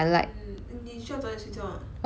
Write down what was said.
mm 你需要早一点睡觉吗